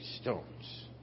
stones